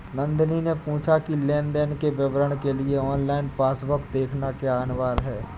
नंदनी ने पूछा की लेन देन के विवरण के लिए ऑनलाइन पासबुक देखना क्या अनिवार्य है?